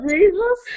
Jesus